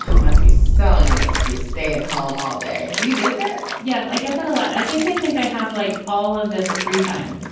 must be so nice to just stay at home all day. do you get that? yes, i get that a lot. i think they think i have like all of this free time,